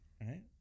Right